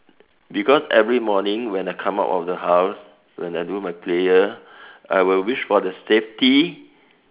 because every morning when I come out of the house when I do my prayer I will wish for the safety